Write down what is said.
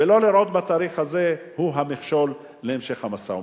ולא לראות בתאריך הזה את המכשול להמשך המשא-ומתן.